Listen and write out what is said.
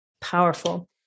Powerful